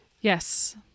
Yes